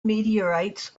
meteorites